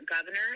governor